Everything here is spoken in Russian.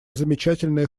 замечательные